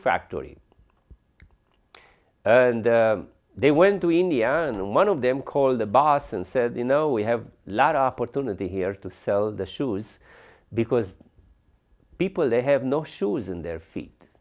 factory and they went to india and one of them called the boss and said you know we have lara opportunity here to sell the shoes because people they have no shoes in their feet